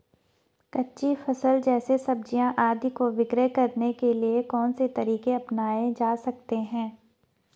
कच्ची फसल जैसे सब्जियाँ आदि को विक्रय करने के लिये कौन से तरीके अपनायें जा सकते हैं?